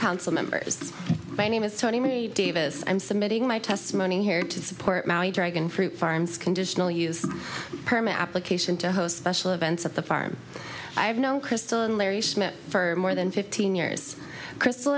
council members my name is tony davis i'm submitting my testimony here to support my dragon fruit farms conditional use permit application to host special events at the farm i have known crystal and larry smith for more than fifteen years c